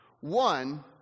One